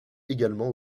également